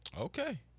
okay